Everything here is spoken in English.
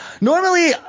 Normally